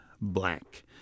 black